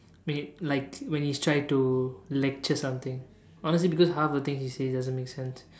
when like when he try to lecture something honestly because half of the things he says doesn't make sense